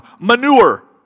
manure